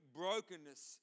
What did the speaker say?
brokenness